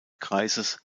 kreises